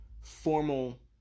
formal